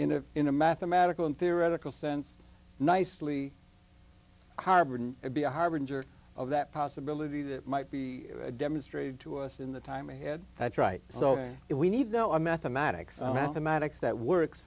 in a in a mathematical and theoretical sense nicely harbored be a harbinger of that possibility that might be demonstrated to us in the time ahead that's right so if we need know a mathematics mathematics that works